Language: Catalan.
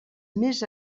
més